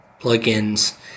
plugins